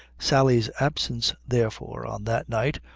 sally's absence, therefore, on that night,